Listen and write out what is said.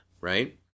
right